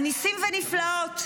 על ניסים ונפלאות.